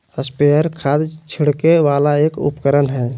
sprayer खाद छिड़के वाला एक उपकरण हय